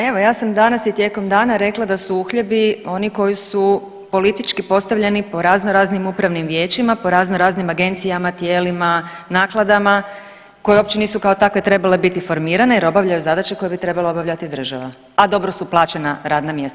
Evo ja sam danas i tijekom dana rekla da su uhljebi oni koji su politički postavljeni po razno raznim upravnim vijećima, po razno raznim agencijama, tijelima, nakladama koje uopće nisu kao takve trebale biti formirane jer obavljaju zadaće koje bi trebala obavljati država, a dobro su plaćena radna mjesta.